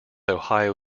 ohio